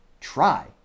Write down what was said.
try